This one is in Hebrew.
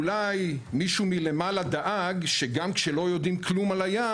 אולי מישהו מלמעלה דאג שגם כשלא יודעים כלום על הים,